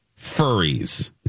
furries